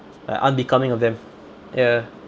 uh unbecoming of them ya